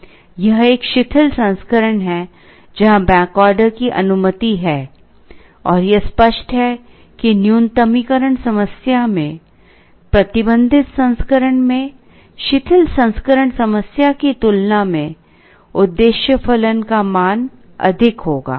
यह एक शिथिल संस्करण है जहां बैक ऑर्डर की अनुमति है और यह स्पष्ट है कि न्यूनतमीकरण समस्या में प्रतिबंधित संस्करण में शिथिल संस्करण समस्या की तुलना में उद्देश्य फलन का मान अधिक होगा